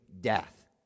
death